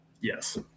Yes